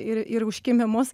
ir ir užkimimus